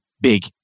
big